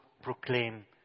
proclaim